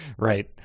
Right